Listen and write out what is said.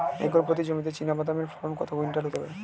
Acre প্রতি জমিতে চীনাবাদাম এর ফলন কত কুইন্টাল হতে পারে?